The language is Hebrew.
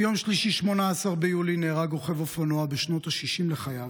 ביום שלישי 18 ביולי נהרג רוכב אופנוע בשנות השישים לחייו,